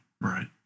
Right